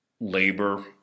labor